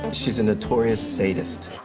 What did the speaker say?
she's a notorious sadist.